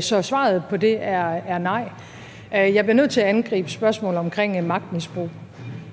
Så svaret på det er nej. Jeg bliver nødt til at angribe spørgsmålet omkring magtmisbrug.